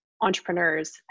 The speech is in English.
entrepreneurs